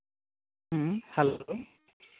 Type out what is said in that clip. ᱦᱮᱸ ᱦᱮᱞᱳ